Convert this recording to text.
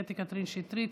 קטי קטרין שטרית,